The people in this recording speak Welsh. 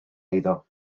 iddo